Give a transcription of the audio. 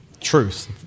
truth